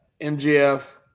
MGF